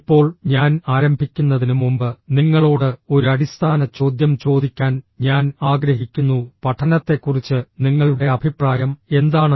ഇപ്പോൾ ഞാൻ ആരംഭിക്കുന്നതിന് മുമ്പ് നിങ്ങളോട് ഒരു അടിസ്ഥാന ചോദ്യം ചോദിക്കാൻ ഞാൻ ആഗ്രഹിക്കുന്നുഃ പഠനത്തെക്കുറിച്ച് നിങ്ങളുടെ അഭിപ്രായം എന്താണ്